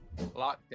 Lockdown